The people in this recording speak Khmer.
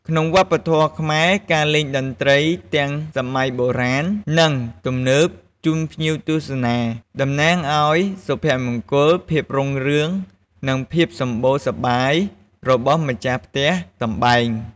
ក្នុងវប្បធម៌ខ្មែរ ការលេងតន្ត្រីទាំងសម័យបុរាណ និង ទំនើបជូនភ្ញៀវទស្សនាតំណាងឱ្យសុភមង្គល ភាពរុងរឿង និងភាពសម្បូរសប្បាយរបស់ម្ចាស់ផ្ទះសម្បែង។